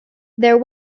there